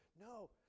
No